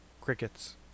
Crickets